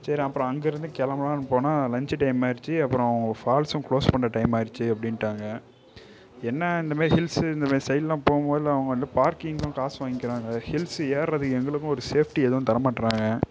சரி அப்புறோம் அங்கிருந்து கிளம்புலான்னு போனால் லன்ச் டைம் ஆயிடுச்சு அப்புறோம் ஃபால்ஸும் க்ளோஸ் பண்ணுற டைம் ஆயிடுச்சு அப்படின்டாங்க என்ன இந்தமாதிரி ஹில்ஸ் இந்தமாதிரி சைடெலாம் போகும்போது அவங்க வந்து பார்க்கிங்கும் காசு வாங்குகிறாங்க ஹில்சு ஏறுவது எங்களுக்கும் ஒரு சேஃப்ட்டி ஏதும் தர மாட்டறாங்க